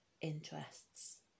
interests